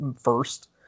first